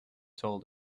told